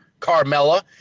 Carmella